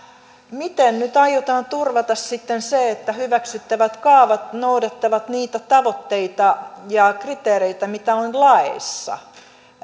miten nyt aiotaan turvata sitten se että hyväksyttävät kaavat noudattavat niitä tavoitteita ja kriteereitä mitä on laeissa